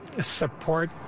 support